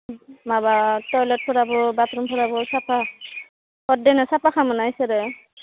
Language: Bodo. माबा टयलेटफोराबो बाथरुमफोराबो साफा हदायनो साफा खालामोना बिसोरो